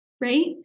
right